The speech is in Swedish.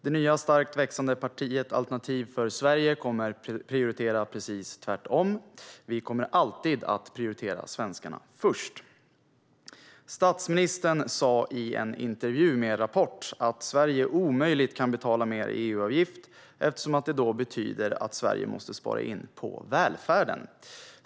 Det nya starkt växande partiet Alternativ för Sverige kommer att prioritera precis tvärtom. Vi kommer alltid att prioritera svenskarna först. Statsministern sa i en intervju med Rapport att Sverige omöjligt kan betala mer i EU-avgift, eftersom det då betyder att Sverige måste spara in på välfärden.